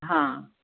हां